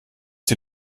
die